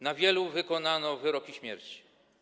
Na wielu wykonano wyroki śmierci.